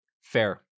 fair